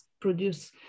produce